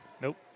Nope